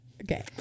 Okay